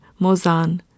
Mozan